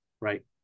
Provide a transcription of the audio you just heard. right